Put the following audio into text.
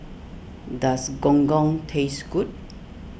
does Gong Gong taste good